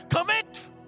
commit